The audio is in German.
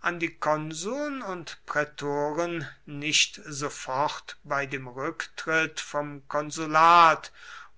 an die konsuln und prätoren nicht sofort bei dem rücktritt vom konsulat